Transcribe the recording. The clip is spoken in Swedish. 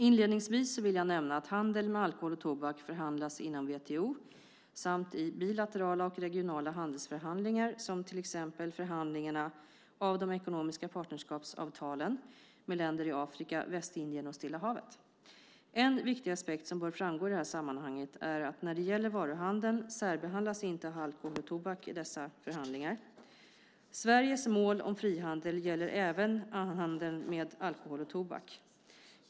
Inledningsvis vill jag nämna att handel med alkohol och tobak förhandlas inom WTO samt i bilaterala och regionala handelsförhandlingar, som till exempel förhandlingarna om de ekonomiska partnerskapsavtalen med länder i Afrika, Västindien och Stilla havet. En viktig aspekt som bör framgå i det här sammanhanget är att när det gäller varuhandeln särbehandlas inte alkohol och tobak i dessa förhandlingar. Sveriges mål om frihandel gäller även handeln med alkohol och tobak.